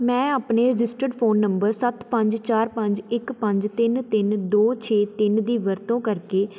ਮੈਂ ਆਪਣੇ registered phone number ਸੱਤ ਪੰਜ ਚਾਰ ਪੰਜ ਇੱਕ ਪੰਜ ਤਿੰਨ ਤਿੰਨ ਦੋ ਛੇ ਤਿੰਨ ਦੀ ਵਰਤੋਂ ਕਰਕੇ